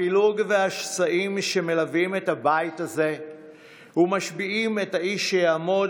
הפילוג והשסעים שמלווים את הבית הזה ומשביעים את האיש שיעמוד